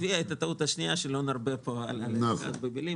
הובילה לטעות השנייה, ולא נרבה עליה פה במילים.